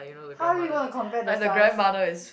how are we gonna compare the size